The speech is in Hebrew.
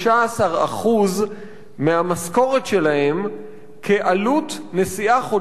מהמשכורת שלהם כעלות נסיעה חודשית בתחבורה ציבורית.